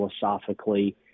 philosophically